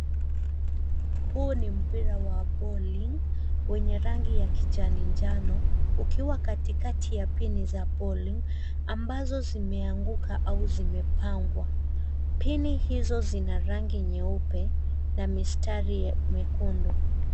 Huu ni mpira wa bowling wenye rangi ya kijani njano, ukiwa katikati ya pini za bowling , ambazo zimeanguka au zimepangwa. Pini hizo zina rangi nyeupe na mistari myekundu.